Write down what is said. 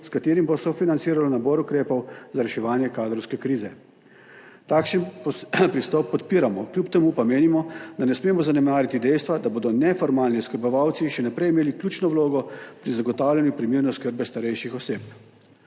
s katerim bo sofinanciralo nabor ukrepov za reševanje kadrovske krize. Takšen pristop podpiramo, kljub temu pa menimo, da ne smemo zanemariti dejstva, da bodo neformalni oskrbovalci še naprej imeli ključno vlogo pri zagotavljanju primerne oskrbe starejših oseb.